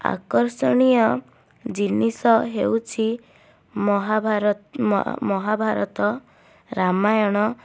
ଆକର୍ଷଣୀୟ ଜିନିଷ ହେଉଛି ମହାଭାରତ ମହାଭାରତ ରାମାୟଣ